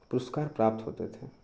पुरस्कार प्राप्त होते थे